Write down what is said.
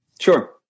Sure